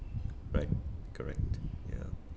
right correct ya